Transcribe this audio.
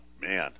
Man